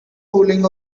cooling